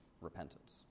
repentance